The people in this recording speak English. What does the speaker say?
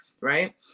right